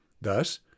Thus